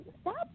Stop